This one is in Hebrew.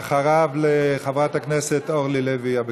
אחריו, חברת הכנסת אורלי לוי אבקסיס.